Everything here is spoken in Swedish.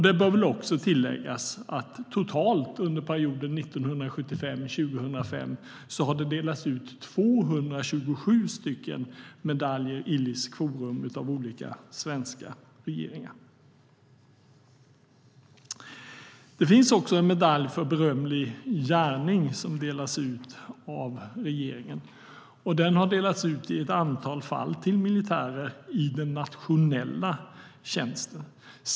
Det bör väl också tilläggas att det totalt under perioden 1975-2005 har delats ut 227 medaljer Illis quorum av olika svenska regeringar. Det finns också en medalj för berömlig gärning som delas ut av regeringen. Den har i ett antal fall delats ut till militärer i den nationella tjänsten.